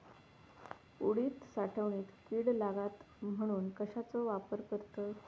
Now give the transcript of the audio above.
उडीद साठवणीत कीड लागात म्हणून कश्याचो वापर करतत?